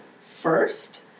first